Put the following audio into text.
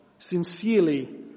sincerely